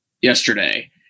yesterday